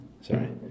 Sorry